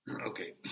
Okay